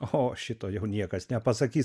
o šito jau niekas nepasakys